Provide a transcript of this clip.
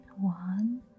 one